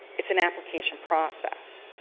it's an application process.